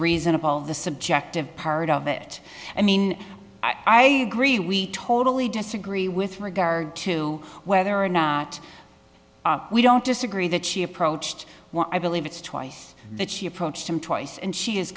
reasonable the subjective part of it i mean i agree we totally disagree with regard to whether or not we don't disagree that she approached what i believe it's twice that she approached him twice and she is